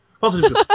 Positive